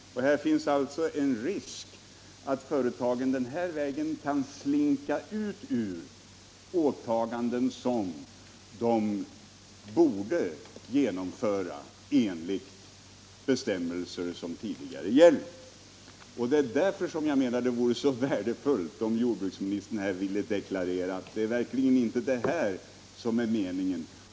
Det finns alltså en risk att företagen den här vägen försöker slinka ut ur åtaganden som de borde genomföra enligt villkor som gäller. Det är därför som jag menar att det vore så värdefullt om jordbruksministern nu ville deklarera, att det är verkligen inte det här som är meningen.